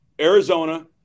Arizona